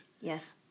Yes